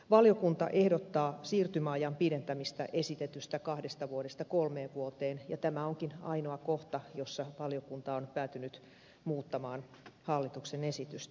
valiokunta ehdottaa siirtymäajan pidentämistä esitetystä kahdesta vuodesta kolmeen vuoteen ja tämä onkin ainoa kohta jossa valiokunta on päätynyt muuttamaan hallituksen esitystä